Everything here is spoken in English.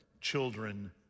children